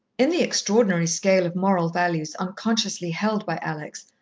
in the extraordinary scale of moral values unconsciously held by alex,